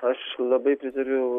aš labai pritariu